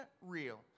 real